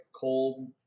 cold